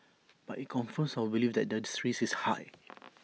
but IT confirms our belief that the threat is high